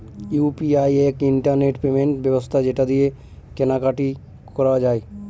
UPI এক internet payment ব্যবস্থা যেটা দিয়ে কেনা কাটি করা যায়